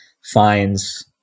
finds